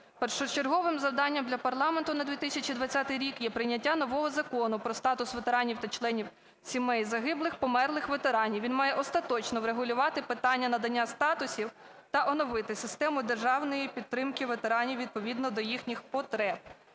Першочерговим завданням для парламенту на 2020 рік є прийняття нового Закону про статус ветеранів та членів сімей загиблих (померлих) ветеранів. Він має остаточно врегулювати питання надання статусів та оновити систему державної підтримки ветеранів відповідно до їхніх потреб.